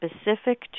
specific